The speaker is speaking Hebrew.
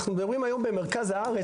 אנחנו מדברים היום במרכז הארץ,